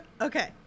Okay